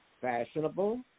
fashionable